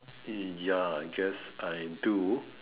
ya I guess I do